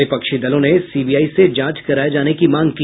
विपक्षी दलों ने सीबीआई से जांच कराये जाने की मांग की